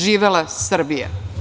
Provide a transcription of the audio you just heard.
Živela Srbija.